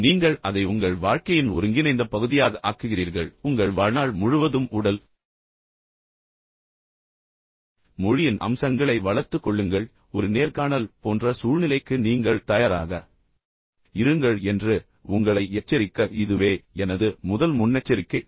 எனவே நீங்கள் அதை உங்கள் வாழ்க்கையின் ஒருங்கிணைந்த பகுதியாக ஆக்குகிறீர்கள் பின்னர் உங்கள் வாழ்நாள் முழுவதும் உடல் மொழியின் அம்சங்களை வளர்த்துக் கொள்ளுங்கள் மேலும் ஒரு நேர்காணல் போன்ற சூழ்நிலைக்கு நீங்கள் தயாராக இருங்கள் என்று உங்களை எச்சரிக்க இதுவே எனது முதல் முன்னெச்சரிக்கை